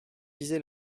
viser